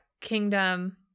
Kingdom